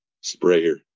sprayer